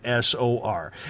SOR